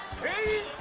three.